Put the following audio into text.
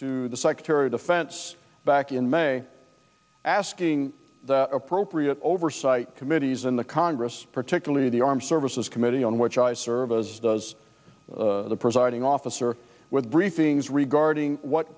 to the secretary of defense back in may asking the appropriate oversight committees in the congress particularly the armed services committee on which i serve as the presiding officer with briefings regarding what